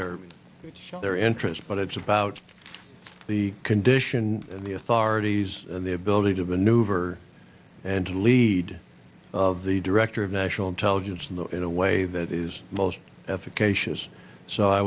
their their interest but it's about the condition of the authorities the ability to maneuver and to the lead of the director of national intelligence in a way that is most